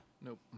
nope